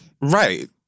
right